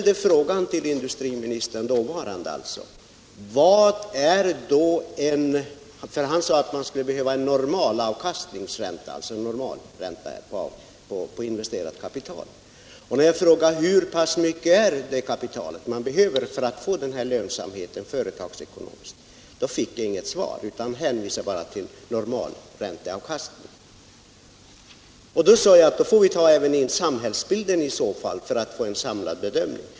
Dåvarande industriministern sade att man skulle behöva en normal avkastningsränta på investerat kapital. När jag frågade vad normalräntan var för att få företagsekonomisk lönsamhet fick jag inget svar. Dåvarande industriministern hänvisade bara till normal ränteavkastning. Då sade jag: I så fall får vi ta in även den samhällsekonomiska lönsamheten i bilden för att få en samlad bedömning.